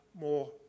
more